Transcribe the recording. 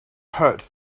hurt